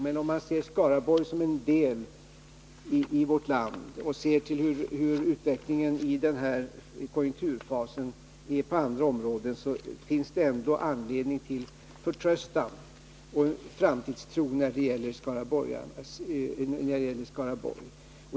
Men ser man Skaraborg som en del av vårt land och granskar hur utvecklingen i denna konjunkturfas är på andra områden, finns det ändå anledning till förtröstan och framtidstro i Skaraborg.